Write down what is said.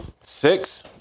Six